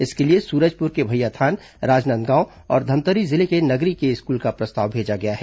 इसके लिए सूरजपुर के भैय्याथान राजनांदगांव और धमतरी जिले के नगरी के स्कूल का प्रस्ताव भेजा गया है